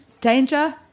danger